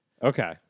Okay